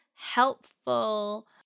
Helpful